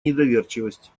недоверчивость